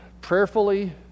prayerfully